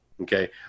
Okay